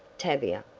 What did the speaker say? tavia.